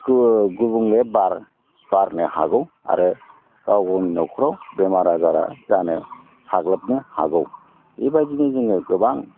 गुबुंले बार बारनो हागौ आरो गाव गावनि न'खराव बेमार आजारा जानो साग्लोबनो हागौ बेबायदिनो जोङो गोबां